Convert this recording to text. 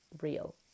real